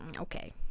Okay